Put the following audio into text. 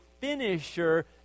finisher